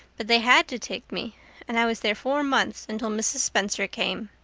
but they had to take me and i was there four months until mrs. spencer came.